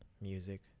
music